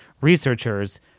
Researchers